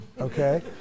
okay